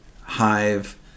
hive